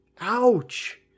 Ouch